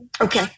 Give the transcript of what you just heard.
Okay